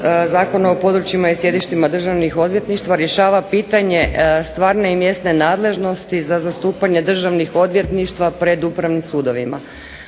Zakona o područjima i sjedištima Državnih odvjetništava rješava pitanje stvarne i mjesne nadležnosti za zastupanje državnih odvjetništva pred upravnim sudovima.